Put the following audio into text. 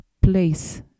place